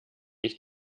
ich